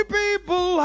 people